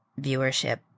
viewership